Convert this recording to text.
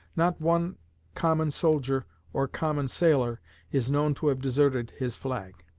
not one common soldier or common sailor is known to have deserted his flag.